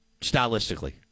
stylistically